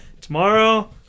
tomorrow